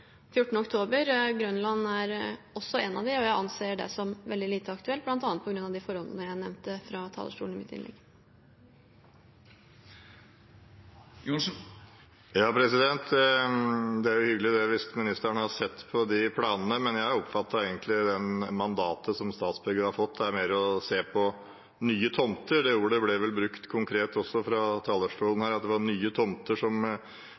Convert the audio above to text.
oktober. Grønland er også en av dem, og jeg anser det som veldig lite aktuelt, bl.a. på grunn av de forholdene jeg nevnte i mitt innlegg fra talerstolen. Det er hyggelig hvis ministeren har sett på de planene, men jeg oppfattet egentlig at det mandatet som Statsbygg har fått, mer er å se på nye tomter. Det ordet ble vel brukt konkret også fra talerstolen, at det var nye tomter som